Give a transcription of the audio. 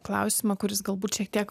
klausimą kuris galbūt šiek tiek